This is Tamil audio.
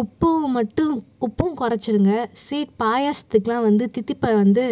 உப்பு மட்டும் உப்பும் கொறைச்சிருங்க ஸ்வீட் பாயாசத்துக்குலாம் வந்து தித்திப்பை வந்து